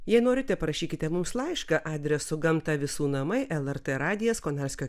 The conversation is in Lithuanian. jei norite parašykite mums laišką adresu gamta visų namai lrt radijas konarskio